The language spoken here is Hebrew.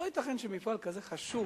לא ייתכן שמפעל כזה חשוב,